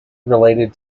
related